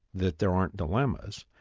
that there aren't dilemmas,